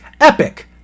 Epic